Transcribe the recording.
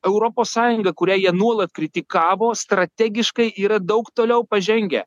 europos sąjunga kurią jie nuolat kritikavo strategiškai yra daug toliau pažengę